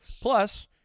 Plus